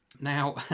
Now